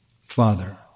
Father